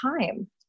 time